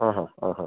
ആഹാ ആഹാ